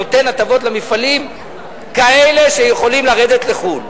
נותן הטבות למפעלים כאלה שיכולים לרדת לחו"ל.